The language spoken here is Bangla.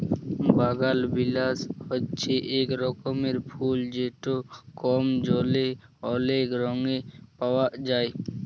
বাগালবিলাস হছে ইক রকমের ফুল যেট কম জলে অলেক রঙে পাউয়া যায়